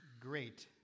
great